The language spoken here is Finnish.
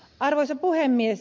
arvoisa puhemies